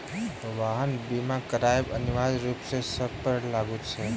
वाहन बीमा करायब अनिवार्य रूप सॅ सभ पर लागू अछि